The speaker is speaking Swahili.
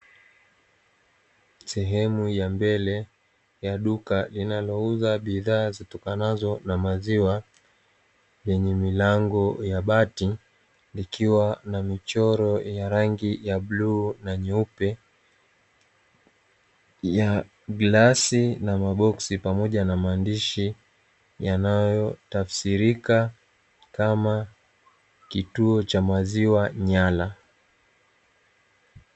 Sehemu ya mbele ya duka linalouza bidhaa zitokanazo na maziwa lenye milango ya bati likiwa na michoro ya rangi ya bluu na nyeupe ya glasi na maboksi pamoja na maandishi yanayotafsirika kama kituo cha maziwa nyala.